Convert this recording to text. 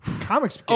Comics